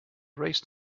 raised